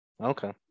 Okay